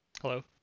Hello